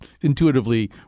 intuitively